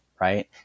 right